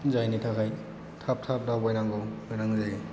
जायनि थाखाय थाब थाब दावबायनांगौ जायो